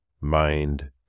mind